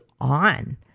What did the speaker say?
on